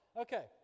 Okay